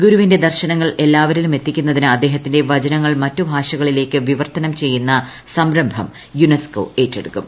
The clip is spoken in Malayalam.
ഗുരുവിന്റെ ദർശനങ്ങൾ എല്ലാവരിലും എത്തിക്കുന്നതിന് അദ്ദേഹത്തിന്റെ വചനങ്ങൾ മറ്റു ഭാഷകളിലേക്ക് വിവർത്തനം ചെയ്യുന്ന സംരംഭം യുനെസ്കോ ഏറ്റെടുക്കും